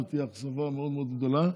זו תהיה אכזבה מאוד מאוד גדולה.